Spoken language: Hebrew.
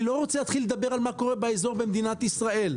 אני לא רוצה להתחיל לדבר על מה שקורה באזור במדינת ישראל.